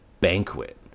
banquet